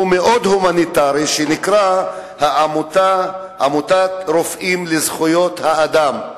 מאוד הומניטרי שנקרא "רופאים לזכויות אדם",